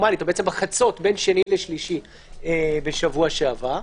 בחצות בין שני לשלישי בשבוע שעבר,